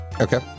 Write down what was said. okay